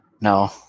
No